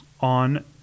on